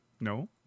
No